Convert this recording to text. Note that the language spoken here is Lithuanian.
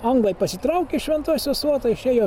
anglai pasitraukė iš šventosios uoto išėjo